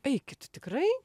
eikit tikrai